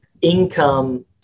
income